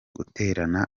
guterana